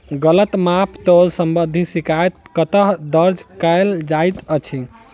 गलत माप तोल संबंधी शिकायत कतह दर्ज कैल जाइत अछि?